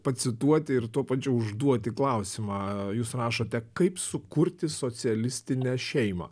pacituoti ir tuo pačiu užduoti klausimą jūs rašote kaip sukurti socialistinę šeimą